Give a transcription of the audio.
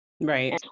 right